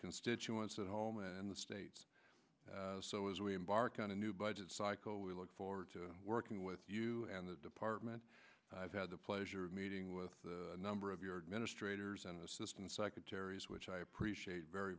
constituents at home and in the states so as we embark on a new budget cycle we look forward to working with you and the department i've had the pleasure of meeting with a number of your administration ers and assistant secretaries which i appreciate very